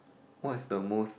what's the most